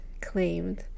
claimed